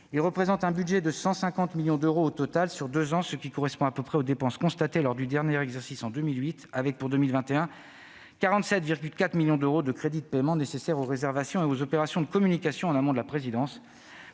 représente un budget total de 150 millions d'euros sur deux ans, ce qui correspond à peu près aux dépenses constatées lors du dernier exercice, en 2008, dont 47,4 millions d'euros de crédits de paiement en 2021 pour les réservations et opérations de communication en amont de la présidence.